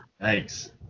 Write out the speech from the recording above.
thanks